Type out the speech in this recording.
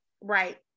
right